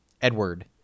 Edward